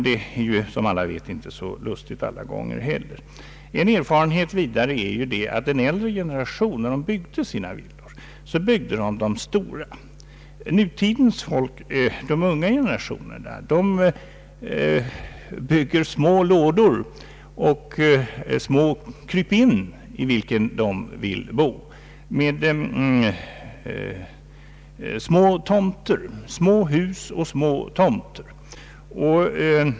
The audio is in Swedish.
Det är som alla vet inte alla gånger så lustigt. En erfarenhet är att den äldre generationen byggde stora villor. Nutidens människor bygger ”små lådor” och krypin i vilka de vill bo. Också tomterna är små.